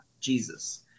jesus